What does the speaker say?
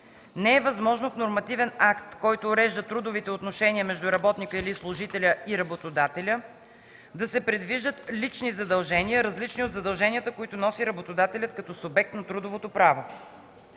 Не е възможно в нормативен акт, който урежда трудовите отношения между работника или служителя и работодателя, да се предвиждат лични задължения, различни от задълженията, които носи работодателят като субект на трудовото право.